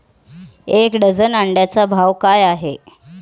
एक डझन अंड्यांचा भाव काय आहे?